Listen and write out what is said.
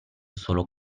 solo